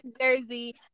jersey